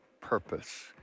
purpose